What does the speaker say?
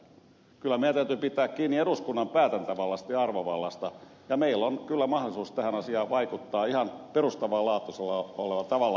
kyllä meidän täytyy pitää kiinni eduskunnan päätäntävallasta ja arvovallasta ja meillä on kyllä mahdollisuus tähän asiaan vaikuttaa ihan perustavaa laatua olevalla tavalla